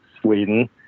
Sweden